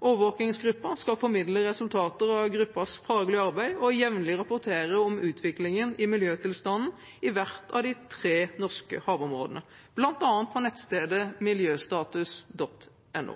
Overvåkingsgruppen skal formidle resultater av gruppens faglige arbeid og jevnlig rapportere om utviklingen i miljøtilstanden i hvert av de tre norske havområdene, bl.a. på nettstedet miljøstatus.no.